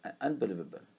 unbelievable